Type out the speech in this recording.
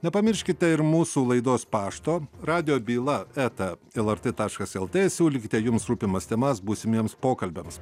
nepamirškite ir mūsų laidos pašto radijo byla eta lrt taškas lt siūlykite jums rūpimas temas būsimiems pokalbiams